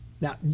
Now